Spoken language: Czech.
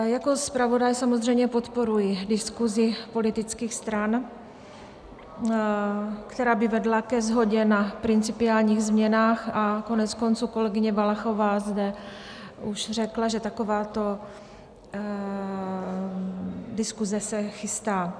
Jako zpravodaj samozřejmě podporuji diskusi politických stran, která by vedla ke shodě na principiálních změnách, a koneckonců kolegyně Valachová zde už řekla, že takováto diskuse se chystá.